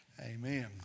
amen